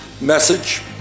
message